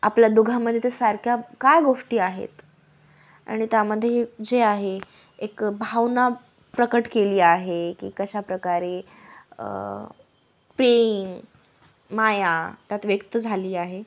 आपल्या दोघांमध्ये ते सारख्या काय गोष्टी आहेत आणि त्यामध्ये जे आहे एक भावना प्रकट केली आहे की कशाप्रकारे प्रेम माया त्यात व्यक्त झाली आहे